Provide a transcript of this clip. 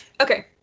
okay